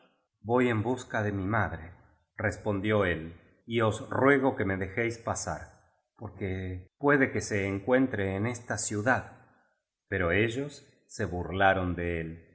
voy eli busca de mi madrerespondió él y os ruego que me dejéis pasar porque puede que se encuentre en esta ciudad biblioteca nacional de españa la españa moderna pero ellos se burlaron de el